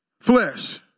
flesh